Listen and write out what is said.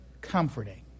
comforting